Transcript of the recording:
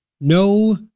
No